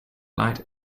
light